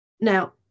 Now